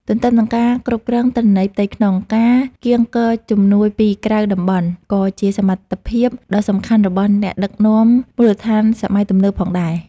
ទន្ទឹមនឹងការគ្រប់គ្រងទិន្នន័យផ្ទៃក្នុង ការកៀងគរជំនួយពីក្រៅតំបន់ ក៏ជាសមត្ថភាពដ៏សំខាន់របស់អ្នកដឹកនាំមូលដ្ឋានសម័យទំនើបផងដែរ។